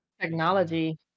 Technology